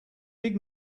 big